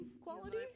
quality